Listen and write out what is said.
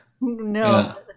no